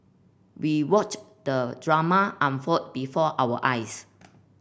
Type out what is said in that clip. we watched the drama unfold before our eyes